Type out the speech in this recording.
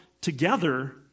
together